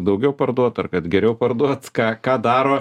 daugiau parduot ar kad geriau parduot ką ką daro